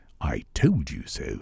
I-told-you-so